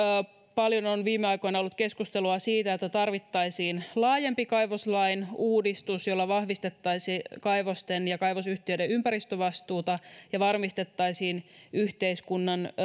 paljon on viime aikoina ollut keskustelua siitä että tarvittaisiin laajempi kaivoslain uudistus jolla vahvistettaisiin kaivosten ja kaivosyhtiöiden ympäristövastuuta ja varmistettaisiin yhteiskunnan